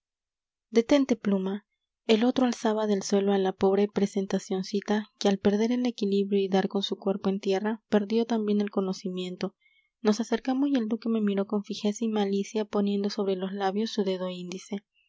detente pluma el otro alzaba del suelo a la pobre presentacioncita que al perder el equilibrio y dar con su cuerpo en tierra perdió también el conocimiento nos acercamos y el duque me miró con fijeza y malicia poniendo sobre los labios su dedo índice